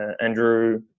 Andrew